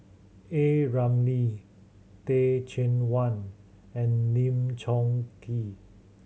A Ramli Teh Cheang Wan and Lim Chong Keat